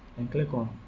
and click on